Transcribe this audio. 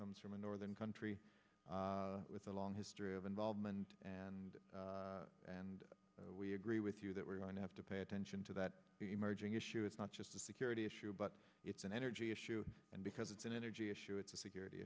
comes from a northern country with a long history of involvement and and we agree with you that we're going to have to pay attention to that emerging issue it's not just a security issue but it's an energy issue and because it's an energy issue it's a security